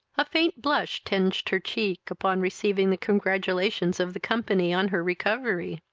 a faint blush tinged her cheek upon receiving the congratulations of the company on her recovery.